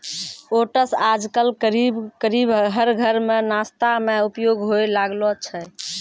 oats आजकल करीब करीब हर घर मॅ नाश्ता मॅ उपयोग होय लागलो छै